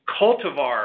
Cultivar